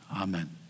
Amen